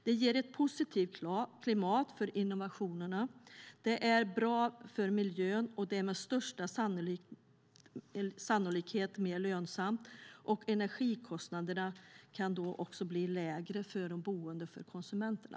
Det ger ett positivt klimat för innovationerna, det är bra för miljön, det är med största sannolikhet mer lönsamt och energikostnaderna kan också bli lägre för de boende och för konsumenterna.